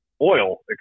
oil